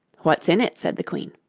what's in it said the queen.